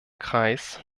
kreis